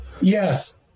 Yes